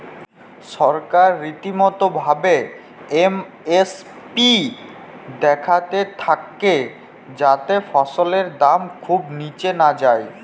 সরকার রীতিমতো ভাবে এম.এস.পি দ্যাখতে থাক্যে যাতে ফসলের দাম খুব নিচে না যায়